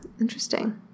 interesting